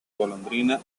golondrina